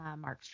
Markstrom